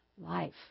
life